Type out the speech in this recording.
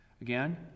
Again